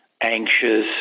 anxious